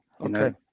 Okay